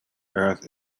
earth